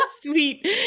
sweet